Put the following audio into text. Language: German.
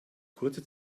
kurze